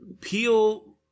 Peel